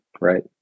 right